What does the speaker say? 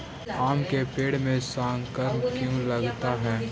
आम के पेड़ में संक्रमण क्यों लगता है?